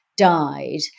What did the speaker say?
died